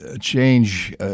change